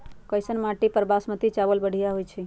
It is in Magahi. कैसन माटी पर बासमती चावल बढ़िया होई छई?